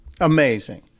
Amazing